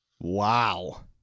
Wow